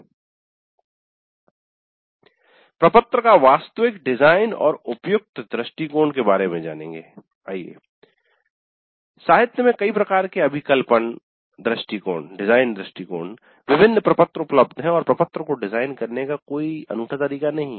देखे समय1631 प्रपत्र का वास्तविक डिज़ाइन और उपयुक्त दृष्टिकोण के बारे में जानेगे साहित्य में कई प्रकार के अभिकल्पन डिज़ाइन दृष्टिकोण विभिन्न प्रपत्र उपलब्ध हैं और प्रपत्र को डिज़ाइन करने का कोई अनूठा तरीका नहीं है